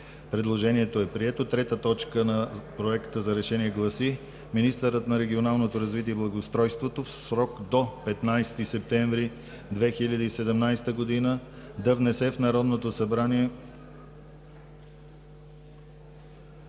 Предложението е прието. Точка трета на Проекта за решение гласи: „3. Министърът на регионалното развитие и благоустройството в срок до 15 септември 2017 г. да внесе в Народното събрание